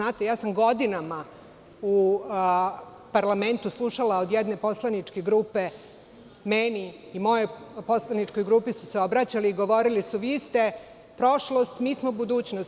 Ja sam godinama u parlamentu slušala od jedne poslaničke grupe meni i mojoj poslaničkoj grupi su se obraćali i govorili, vi ste prošlost, mi smo budućnost.